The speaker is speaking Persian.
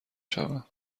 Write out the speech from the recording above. شوم